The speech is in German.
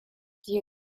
die